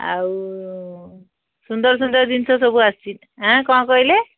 ଆଉ ସୁନ୍ଦର ସୁନ୍ଦର ଜିନିଷ ସବୁ ଆସିଛି କ'ଣ କହିଲେ